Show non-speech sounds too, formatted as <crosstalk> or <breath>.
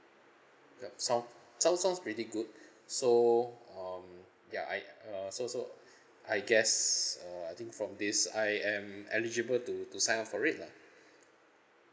ya sound sounds sounds pretty good <breath> so um ya I uh uh so so <breath> I guess uh I think from this I am eligible to to sign up for it lah <breath>